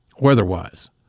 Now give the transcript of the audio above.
Weather-wise